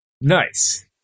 Nice